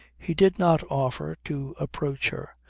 he did not offer to approach her,